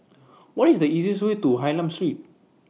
What IS The easiest Way to Hylam Street